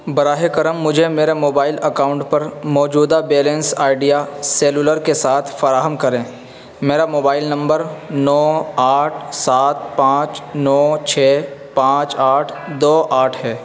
براہ کرم مجھے میرے موبائل اکاؤنٹ پر موجودہ بیلنس آئیڈیا سیلولر کے ساتھ فراہم کریں میرا موبائل نمبر نو آٹھ سات پانچ نو چھ پانچ آٹھ دو آٹھ ہے